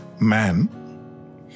man